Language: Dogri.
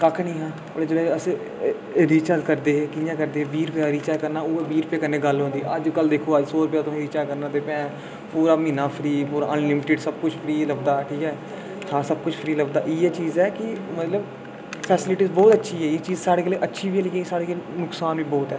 कक्ख निं हा ओह्लै जेह्ड़ा अस रिचार्ज करदे हे कि'यां करदे हे बीह् रुपये दा रिचार्ज करना उ'ऐ बीह् रुपये कन्नै गल्ल होंदी अजकल दिक्खो अज्ज सौ रुपये दा तुसें रिचार्ज करना ते पूरा म्हीना फ्री अनलिमिटड़ड सब कुछ फ्री लब्भदा ठीक ऐ सब कुछ फ्री लब्भदा इ'यै चीज ऐ की मतलब फैसीलिटी बोह्त अच्छी ऐ एह् चीज साढ़े के लिये अच्छी बी ऐ लेकिन नुक्सान बी बोह्त ऐ